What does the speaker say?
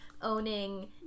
owning